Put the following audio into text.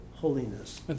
Holiness